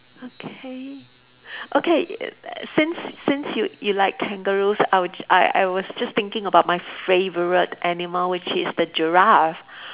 okay okay err since since you you like kangaroos I would I I was just thinking about my favorite animal which is the giraffe